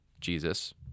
Jesus